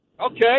Okay